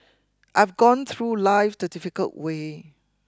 I have gone through life the difficult way